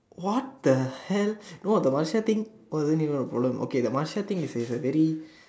what the hell no the Marcia thing wasn't even a problem okay the Marcia thing is is a very